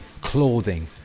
clothing